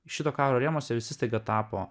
šito karo rėmuose visi staiga tapo